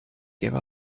give